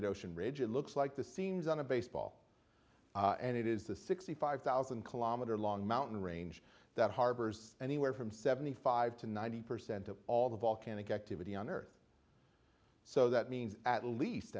mid ocean ridge it looks like the seams on a baseball and it is the sixty five thousand kilometer long mountain range that harbors anywhere from seventy five to ninety percent of all the volcanic activity on earth so that means at least